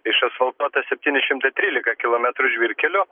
išasfaltuota septyni šimtai trylika kilometrų žvyrkelių